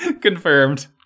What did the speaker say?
confirmed